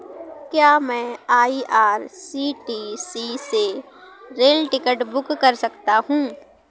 क्या मैं आई.आर.सी.टी.सी से रेल टिकट बुक कर सकता हूँ?